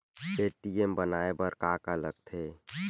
ATM बनवाय बर का का लगथे?